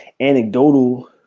anecdotal